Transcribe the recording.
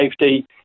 safety